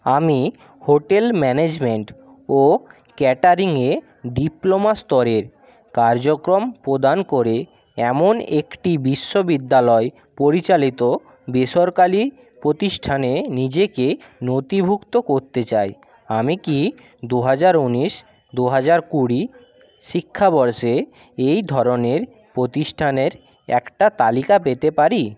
আমি hotel management ও ক্যাটারিংয়ে ডিপ্লোমা স্তরের কার্যক্রম প্রদান করে এমন একটি বিশ্ববিদ্যালয় পরিচালিত বেসরকালি প্রতিষ্ঠানে নিজেকে নথিভুক্ত করতে চাই আমি কি দু হাজার ঊনিশ দু হাজার কুড়ি শিক্ষাবর্ষে এই ধরনের প্রতিষ্ঠানের একটা তালিকা পেতে পারি